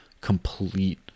complete